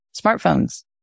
Smartphones